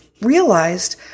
Realized